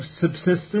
subsistence